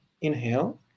inhale